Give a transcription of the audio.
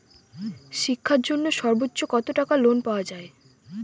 শিক্ষার জন্য সর্বোচ্চ কত টাকা পর্যন্ত লোন পাওয়া য়ায়?